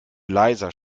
leiser